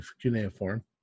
cuneiform